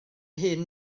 hyn